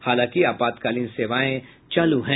हालांकि आपातकालीन सेवाएं चालू हैं